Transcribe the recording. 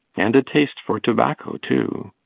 and a taste for tobacco, too.